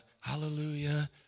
Hallelujah